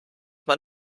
man